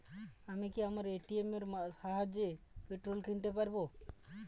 আমি কি আমার এ.টি.এম এর সাহায্যে পেট্রোল কিনতে পারব?